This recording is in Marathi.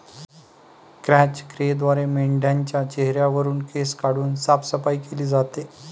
क्रॅच क्रियेद्वारे मेंढाच्या चेहऱ्यावरुन केस काढून साफसफाई केली जाते